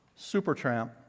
Supertramp